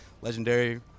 legendary